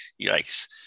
Yikes